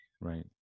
right